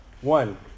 One